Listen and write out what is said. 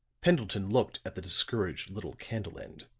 pendleton looked at the discouraged little candle end,